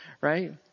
right